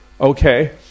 Okay